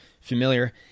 familiar